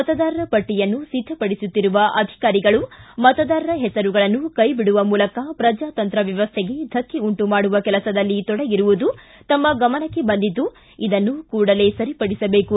ಮತದಾರರ ಪಟ್ಟಿಯನ್ನು ಸಿದ್ದಪಡಿಸುತ್ತಿರುವ ಅಧಿಕಾರಿಗಳು ಮತದಾರರ ಹೆಸರುಗಳನ್ನು ಕೈಬಿಡುವ ಮೂಲಕ ಪ್ರಜಾತಂತ್ರ ವ್ಯವಸ್ಥೆಗೆ ಧಕ್ಕೆ ಉಂಟು ಮಾಡುವ ಕೆಲಸದಲ್ಲಿ ತೊಡಗಿರುವುದು ತಮ್ಮ ಗಮನಕ್ಕೆ ಬಂದಿದ್ದು ಇದನ್ನು ಕೂಡಲೇ ಸರಿಪಡಿಸಬೇಕು